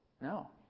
No